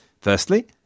Firstly